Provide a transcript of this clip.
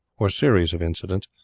or series of incidents,